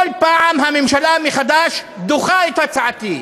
כל פעם הממשלה מחדש דוחה את הצעתי.